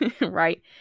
right